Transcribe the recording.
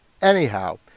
Anyhow